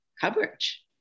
coverage